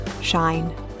shine